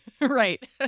right